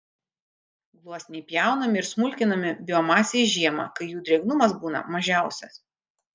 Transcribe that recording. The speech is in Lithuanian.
gluosniai pjaunami ir smulkinami biomasei žiemą kai jų drėgnumas būna mažiausias